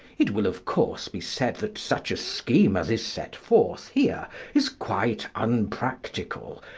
it will, of course, be said that such a scheme as is set forth here is quite unpractical,